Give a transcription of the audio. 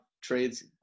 trades